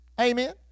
Amen